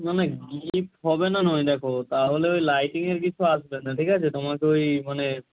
না না গিফট হবে না নয় দেখো তাহলে ওই লাইটিংয়ের কিছু আসবে না ঠিক আছে তোমাকে ওই মানে